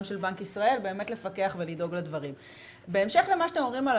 גם של בנק ישראל באמת לפקח ולדאוג לדברים.